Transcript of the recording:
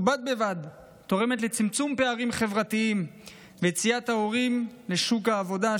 ובד בבד תורמת לצמצום פערים חברתיים ויציאת ההורים לשוק העבודה,